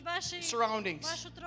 surroundings